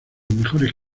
mejores